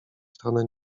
stronę